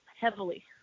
heavily